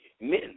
men